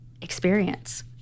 experience